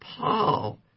Paul